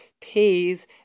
pays